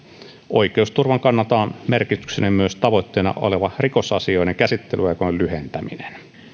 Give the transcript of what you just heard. oikeusturvan kannalta on merkityksellinen myös tavoitteena oleva rikosasioiden käsittelyaikojen lyhentäminen